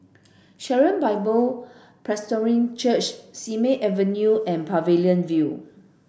Sharon Bible Presbyterian Church Simei Avenue and Pavilion View